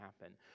happen